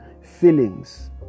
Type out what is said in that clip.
feelings